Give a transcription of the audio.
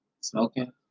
smoking